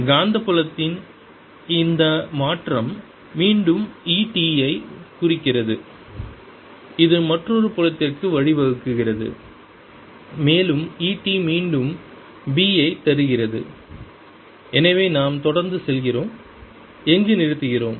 காந்தப்புலத்தின் இந்த மாற்றம் மீண்டும் E t ஐ குறிக்கிறது இது மற்றொரு புலத்திற்கு வழிவகுக்கிறது மேலும் E t மீண்டும் B ஐ தருகிறது எனவே நாம் தொடர்ந்து செல்கிறோம் எங்கு நிறுத்துகிறோம்